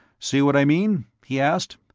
see what i mean? he asked.